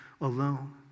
alone